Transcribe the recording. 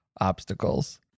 obstacles